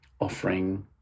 offering